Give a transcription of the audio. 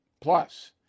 Plus